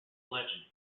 legend